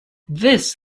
this